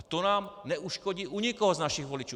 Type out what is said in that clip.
A to nám neuškodí u nikoho z našich voličů.